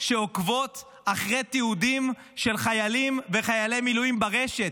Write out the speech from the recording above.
שעוקבות אחרי תיעודים של חיילים וחיילי מילואים ברשת.